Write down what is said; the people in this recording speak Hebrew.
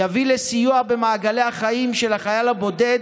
יביא לסיוע במעגלי החיים של החייל הבודד